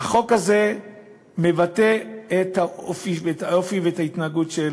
החוק הזה מבטא את האופי ואת ההתנהגות של